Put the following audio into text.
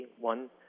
one